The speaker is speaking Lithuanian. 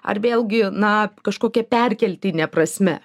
ar vėlgi na kažkokia perkeltine prasme